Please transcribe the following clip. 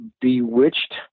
Bewitched